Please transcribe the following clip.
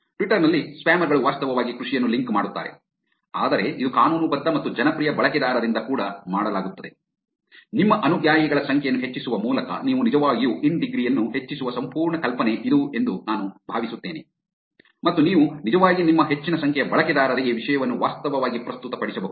Twitter ನಲ್ಲಿ spammer ಗಳು ವಾಸ್ತವವಾಗಿ ಕೃಷಿಯನ್ನು ಲಿಂಕ್ ಮಾಡುತ್ತಾರೆ ಆದರೆ ಇದು ಕಾನೂನುಬದ್ಧ ಮತ್ತು ಜನಪ್ರಿಯ ಬಳಕೆದಾರರಿಂದ ಕೂಡ ಮಾಡಲಾಗುತ್ತದೆ ನಿಮ್ಮ ಅನುಯಾಯಿಗಳ ಸಂಖ್ಯೆಯನ್ನು ಹೆಚ್ಚಿಸುವ ಮೂಲಕ ನೀವು ನಿಜವಾಗಿಯೂ ಇನ್ ಡಿಗ್ರಿ ಯನ್ನು ಹೆಚ್ಚಿಸುವ ಸಂಪೂರ್ಣ ಕಲ್ಪನೆ ಇದು ಎಂದು ನಾನು ಭಾವಿಸುತ್ತೇನೆ ಮತ್ತು ನೀವು ನಿಜವಾಗಿ ನಿಮ್ಮ ಹೆಚ್ಚಿನ ಸಂಖ್ಯೆಯ ಬಳಕೆದಾರರಿಗೆ ವಿಷಯವನ್ನು ವಾಸ್ತವವಾಗಿ ಪ್ರಸ್ತುತಪಡಿಸಬಹುದು